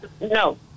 No